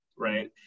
right